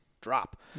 drop